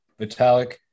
Vitalik